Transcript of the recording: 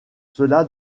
cela